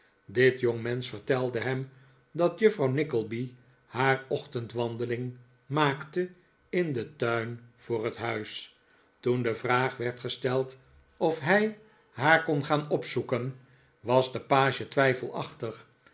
dit jongmensch vertelde hem dat juffrouw nickleby haar ochtendwandeling maakte in den tuin voor het huis toen de vraag werd gesteld of hij haar kon gaan opzoeken was de page